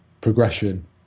progression